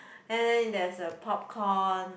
and then there's a popcorn